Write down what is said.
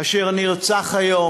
אשר נרצח היום,